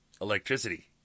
electricity